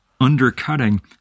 undercutting